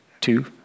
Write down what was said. two